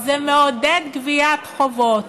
זה מעודד גביית חובות.